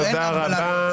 תודה רבה.